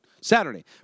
Saturday